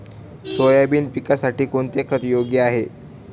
Soybean पिकासाठी कोणते खत योग्य आहे?